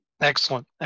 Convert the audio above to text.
Excellent